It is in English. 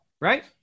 Right